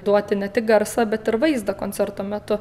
duoti ne tik garsą bet ir vaizdą koncerto metu